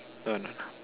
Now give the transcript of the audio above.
no no no